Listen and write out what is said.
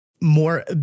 more